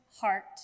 heart